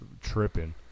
tripping